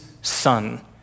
son